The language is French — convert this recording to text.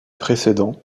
précédent